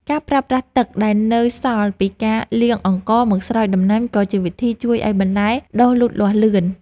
ការប្រើប្រាស់ទឹកដែលនៅសល់ពីការលាងអង្ករមកស្រោចដំណាំក៏ជាវិធីជួយឱ្យបន្លែដុះលូតលាស់លឿន។